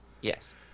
Yes